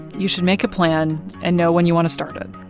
you should make a plan and know when you want to start it.